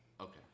Okay